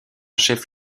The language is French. chef